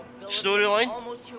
storyline